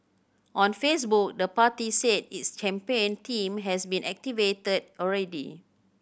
on Facebook the party said its campaign team has been activated already